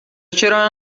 چرا